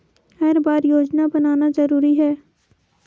हर बार योजना बनाना जरूरी है?